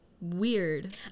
weird